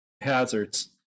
hazards